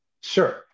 Sure